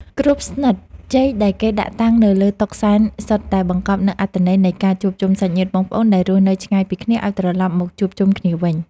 គ្រប់ស្និតចេកដែលគេដាក់តាំងនៅលើតុសែនសុទ្ធតែបង្កប់នូវអត្ថន័យនៃការជួបជុំសាច់ញាតិបងប្អូនដែលរស់នៅឆ្ងាយពីគ្នាឱ្យត្រឡប់មកជួបជុំគ្នាវិញ។